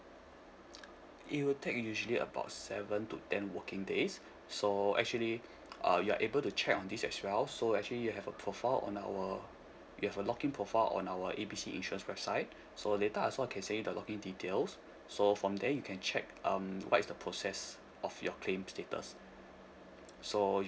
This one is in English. it will take usually about seven to ten working days so actually uh you're able to check on this as well so actually you have a profile on our you have a login profile on our A B C insurance website so later I also can send you the login details so from there you can check um what is the process of your claim status so